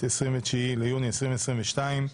ה-29 ביוני 2022,